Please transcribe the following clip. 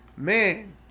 Man